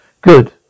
Good